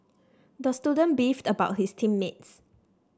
the student beefed about his team mates